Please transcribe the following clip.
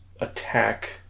attack